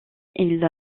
ils